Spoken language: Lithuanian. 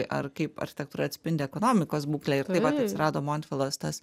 ar kaip architektūra atspindi ekonomikos būklę ir taip vat atsirado montvilos tas